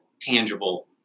tangible